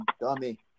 dummy